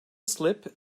slip